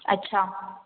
अच्छा